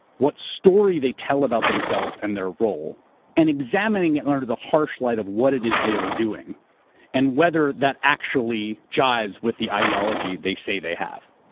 what story they tell about themselves and their role and examining it, under the harsh light of what it is they are doing and whether that actually jives with the ideology they say they have.